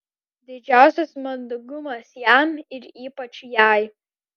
didžiausias mandagumas jam ir ypač jai